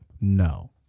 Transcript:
No